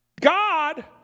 God